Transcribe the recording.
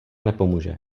nepomůže